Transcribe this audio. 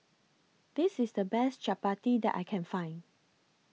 This IS The Best Chapati that I Can Find